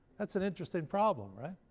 that's an interesting problem, right?